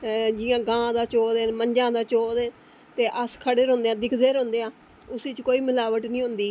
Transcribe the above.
ते जियां गां दा चोआ दे मज्झा दा चोआ दे ते अस खड़े रौहन्ने आं दिक्खदे रौहन्ने आं उस च कोई मलावट निं होंदी